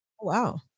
Wow